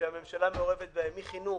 שהממשלה מעורבת בהם, מחינוך,